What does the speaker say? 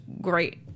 great